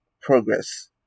progress